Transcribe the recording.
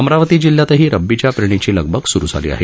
अमरावती जिल्ह्यातही रब्बीच्या पेरणीची लगबग सुरू झाली आहे